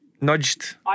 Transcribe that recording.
nudged